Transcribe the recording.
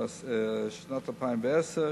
בנובמבר 2010,